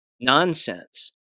nonsense